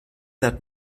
that